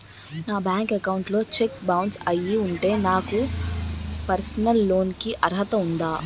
నా bank account లో check bounce అయ్యి ఉంటే నాకు పర్సనల్ లోన్ కీ అర్హత ఉందా?